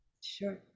Sure